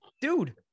Dude